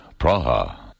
Praha